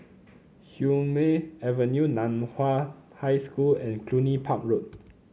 Hume Avenue Nan Hua High School and Cluny Park Road